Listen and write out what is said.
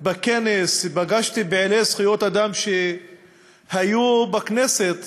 בכנס, ופגשתי פעילי זכויות אדם שהיו בכנסת,